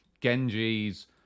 genji's